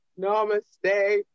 Namaste